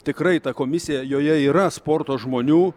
tikrai ta komisija joje yra sporto žmonių